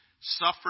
suffered